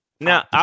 Now